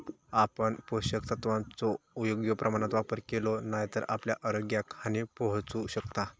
आपण पोषक तत्वांचो योग्य प्रमाणात वापर केलो नाय तर आपल्या आरोग्याक हानी पोहचू शकता